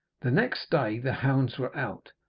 the next day the hounds were out,